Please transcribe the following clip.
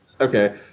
Okay